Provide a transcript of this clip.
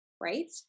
Right